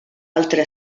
altre